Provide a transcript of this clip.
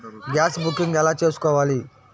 Gas booking ఎలా చేసుకోవాలి?